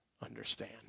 understand